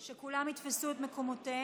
בינתיים שכולם יתפסו את מקומותיהם,